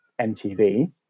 MTV